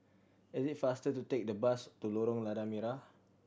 it is faster to take the bus to Lorong Lada Merah